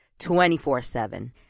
24-7